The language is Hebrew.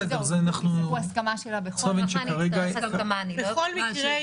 זה צומת שכרגע --- יצטרכו את ההסכמה שלה בכל מקרה.